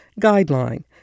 Guideline